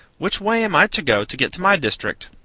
which way am i to go to get to my district?